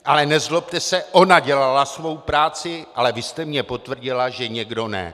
Ale nezlobte se, ona dělala svou práci, ale vy jste mně potvrdila, že někdo ne.